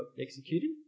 executed